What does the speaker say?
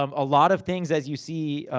um a lot of things, as you see,